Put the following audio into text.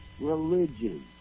religion